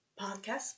podcast